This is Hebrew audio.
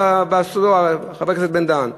חבר הכנסת בן-דהן,